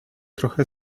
trochę